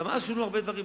גם אז שונו הרבה דברים.